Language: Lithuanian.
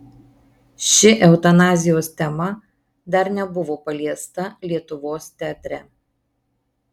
ši eutanazijos tema dar nebuvo paliesta lietuvos teatre